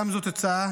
גם זאת תוצאה